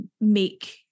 make